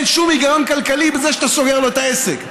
אין שום היגיון כלכלי בזה שאתה סוגר לו את העסק.